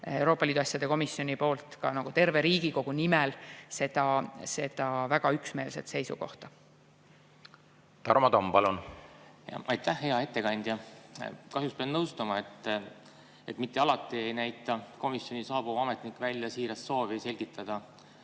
Euroopa Liidu asjade komisjoni ja terve Riigikogu nimel seda väga üksmeelset seisukohta. Tarmo Tamm, palun! Aitäh! Hea ettekandja! Kahjuks pean nõustuma, et mitte alati ei näita komisjoni saabuv ametnik välja siirast soovi selgitada,